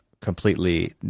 completely